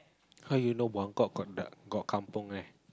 how you know Buangkok got Kampung there